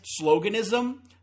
sloganism